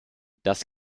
das